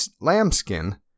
lambskin